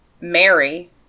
Mary